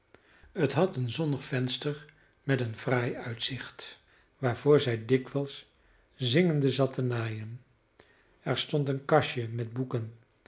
het had een zonnig venster met een fraai uitzicht waarvoor zij dikwijls zingende zat te naaien er stond een kastje met boeken